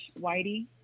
Whitey